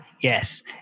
yes